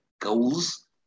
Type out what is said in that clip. goals